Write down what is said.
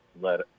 let